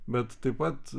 bet taip pat